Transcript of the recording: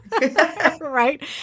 right